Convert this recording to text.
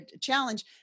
challenge